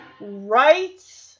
right